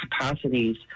capacities